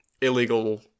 illegal